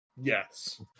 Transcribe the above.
Yes